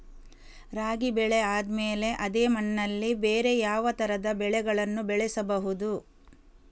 ರಾಗಿ ಬೆಳೆ ಆದ್ಮೇಲೆ ಅದೇ ಮಣ್ಣಲ್ಲಿ ಬೇರೆ ಯಾವ ತರದ ಬೆಳೆಗಳನ್ನು ಬೆಳೆಯಬಹುದು?